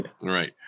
right